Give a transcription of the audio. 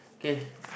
k